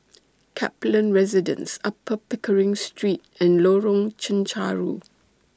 Kaplan Residence Upper Pickering Street and Lorong Chencharu